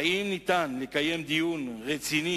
האם ניתן לקיים דיון רציני